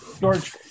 George